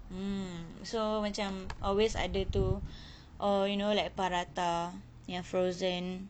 mm so macam always ada tu or you know like prata yang frozen